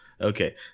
okay